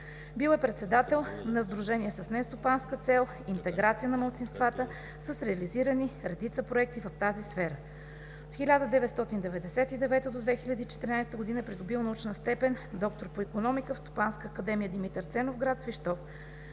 Бил е председател на Сдружение с нестопанска цел „Интеграция на малцинствата“ с реализирани редица проекти в тази сфера. От 1999 до 2014 г. е придобил научна степен д-р по икономика в Стопанска академия „Димитър Ценов“ в гр. Свищов.